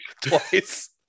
Twice